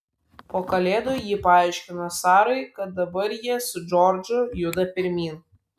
po kalėdų ji paaiškino sarai kad dabar jie su džordžu juda pirmyn